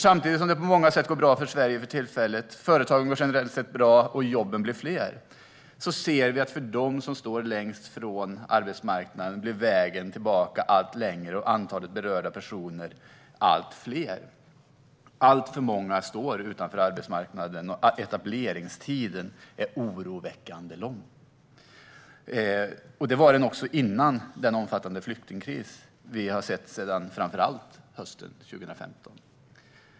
Samtidigt som det på många sätt går bra för Sverige för tillfället - företagen går generellt sett bra och jobben blir fler - ser vi att för dem som står längst från arbetsmarknaden blir vägen tillbaka allt längre och antalet berörda personer allt fler. Alltför många står utanför arbetsmarknaden, och etableringstiden är oroväckande lång. Det var den också innan den omfattande flyktingkris började som vi sett sedan framför allt hösten 2015.